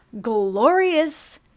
glorious